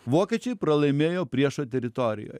vokiečiai pralaimėjo priešo teritorijoje